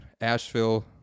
Asheville